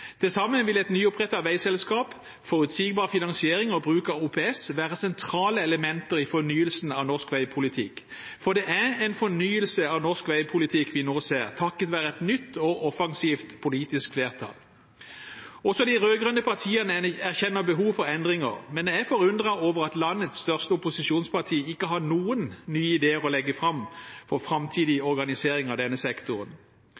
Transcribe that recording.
Til sammen vil et nyopprettet veiselskap, forutsigbar finansiering og bruk av OPS være sentrale elementer i fornyelsen av norsk veipolitikk. For det er en fornyelse av norsk veipolitikk vi nå ser, takket være et nytt og offensivt politisk flertall. Også de rød-grønne partiene erkjenner behov for endringer. Men jeg er forundret over at landets største opposisjonsparti ikke har noen nye ideer å legge fram for framtidig organisering av denne sektoren.